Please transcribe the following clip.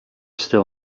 still